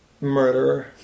murderer